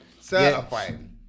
Certified